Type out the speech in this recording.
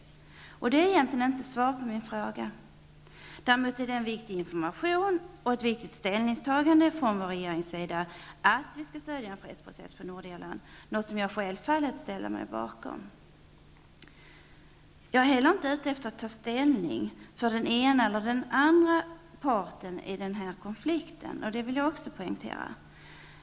Det är egentligen inte svar på min fråga. Däremot är det en viktig information och ett viktigt ställningstagande från vår regerings sida om att vi skall stödja en fredsprocess på Nordirland. Det är något som jag självfallet ställer mig helt bakom. Jag är inte heller ute efter att man skall ta ställning för den ena eller den andra parten i denna konflikt. Det vill jag också poängtera.